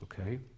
Okay